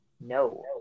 no